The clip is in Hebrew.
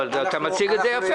אבל אתה מציג את זה יפה,